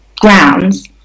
grounds